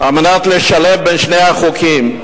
כדי לשלב בין שני החוקים,